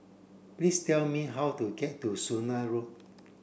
please tell me how to get to Sungei Road